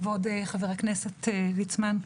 כבוד חבר הכנסת ליצמן,